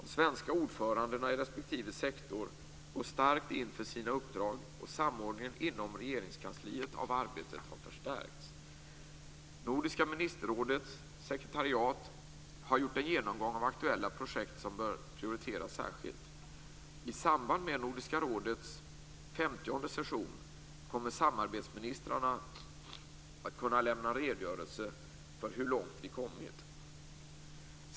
De svenska ordförandena i respektive sektor går starkt in för sina uppdrag, och samordningen inom Regeringskansliet av arbetet har förstärkts. Nordiska ministerrådets sekretariat har gjort en genomgång av aktuella projekt som bör prioriteras särskilt. I samband med Nordiska rådets 50:e session kommer samarbetsministrarna att kunna lämna redogörelse för hur långt vi kommit.